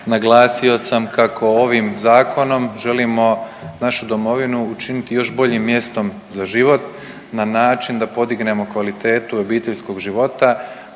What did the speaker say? naglasio sam kako ovim zakonom želimo našu Domovinu učiniti još boljim mjestom za život na način da podignemo kvalitetu obiteljskog života